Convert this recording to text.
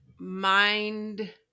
mind